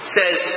says